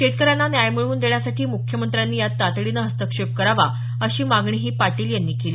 शेतकऱ्यांना न्याय मिळवून देण्यासाठी मुख्यमंत्र्यांनी यात तातडीनं हस्तक्षेप करावा अशी मागणी पाटील यांनी केली